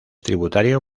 tributario